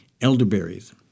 elderberries